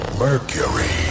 mercury